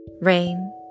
rain